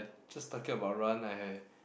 just talking about run I